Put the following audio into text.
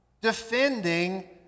defending